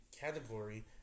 category